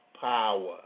power